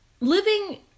living